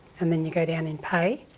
and then you go down in pay.